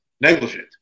negligent